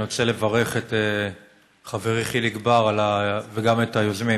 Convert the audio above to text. אני רוצה לברך את חברי חיליק בר וגם את היוזמים,